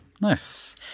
nice